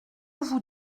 vous